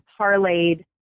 parlayed